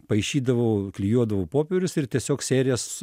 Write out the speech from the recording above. paišydavau klijuodavau popierius ir tiesiog serijas